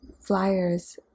flyers